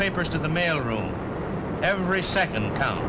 papers to the mail room every second count